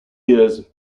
years